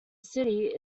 city